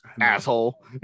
Asshole